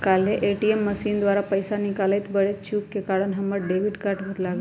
काल्हे ATM machine द्वारा पइसा निकालइत बेर चूक के कारण हमर डेबिट कार्ड भुतला गेल